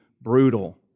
brutal